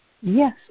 Yes